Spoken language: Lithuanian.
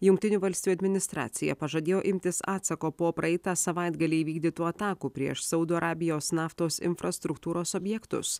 jungtinių valstijų administracija pažadėjo imtis atsako po praeitą savaitgalį įvykdytų atakų prieš saudo arabijos naftos infrastruktūros objektus